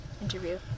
interview